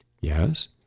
Yes